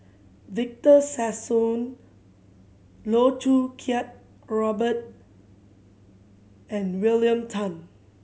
Victor Sassoon Loh Choo Kiat Robert and William Tan